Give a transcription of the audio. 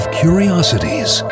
curiosities